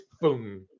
boom